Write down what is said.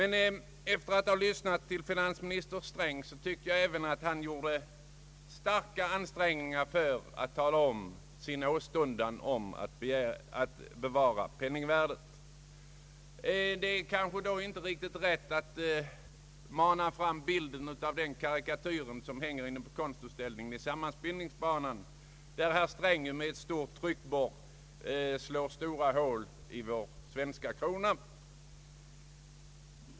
När jag lyssnade till finansministern tyckte jag att han gjorde stora ansträngningar för att tala om sin åstundan att bevara penningvärdet, så det är kanske inte riktigt att mana fram den karikatyr som finns på konstutställningen i sammanbindningsbanan, där herr Sträng med en tryckluftborr slår stora hål i vår svenska krona.